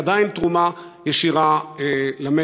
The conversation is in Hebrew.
ועדיין עם תרומה ישירה למשק?